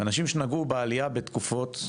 אנשים שנגעו בעלייה בתקופות,